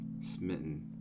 smitten